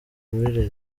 muri